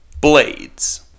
Blades